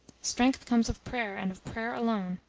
strength comes of prayer, and of prayer alone.